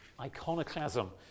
iconoclasm